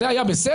זה היה בסדר?